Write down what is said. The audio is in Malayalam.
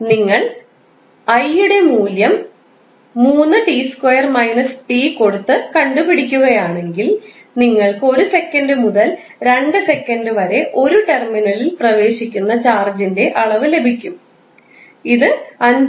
അതിനാൽ നിങ്ങൾ I ടെ മൂല്യം 3𝑡2 − 𝑡 കൊടുത്തു കണ്ടുപിടിക്കുക യാണെങ്കിൽ നിങ്ങൾക്ക് 1 സെക്കൻറ് മുതൽ 2 സെക്കൻറ് വരെ ഒരു ടെർമിനലിൽ പ്രവേശിക്കുന്ന ചാർജിൻറെ അളവ് ലഭിക്കും ഇത് 5